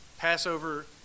Passover